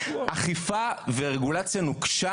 אכיפה ורגולציה נוקשה.